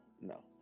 no